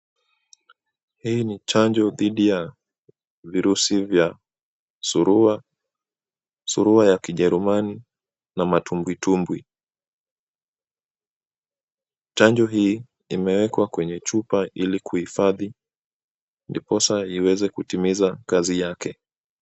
Hii ni chanjo dhidi ya virusi vya surua, surua ya kijerumani na matubwitubwi, chanjo hii imewekwa kwenye chupa ili kuhifadhi ndiposa iweze kutimiza kazi yake.